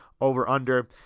over-under